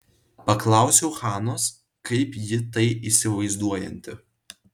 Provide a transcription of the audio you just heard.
paklausiau hanos kaip ji tai įsivaizduojanti